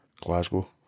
Glasgow